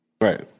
Right